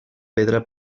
pedra